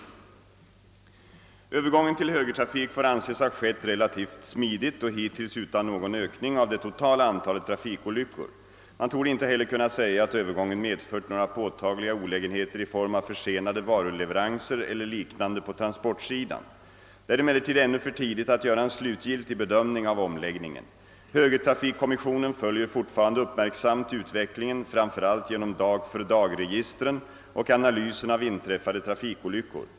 Övergången till högertrafik får anses ha skett relativt smidigt och hittills utan någon ökning av det totala antalet trafikolyckor. Man torde inte heller kunna säga att övergången medfört några påtagliga olägenheter i form av försenade varuleveranser eller liknande på transportsidan. Det är emellertid ännu för tidigt att göra en slutgiltig bedömning av omläggningen. Högertrafikkommissionen = följer = fortfarande uppmärksamt utvecklingen — framför allt genom dag-för-dag-registren och analysen av inträffade trafikolyckor.